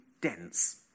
dense